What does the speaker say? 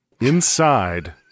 Inside